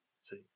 See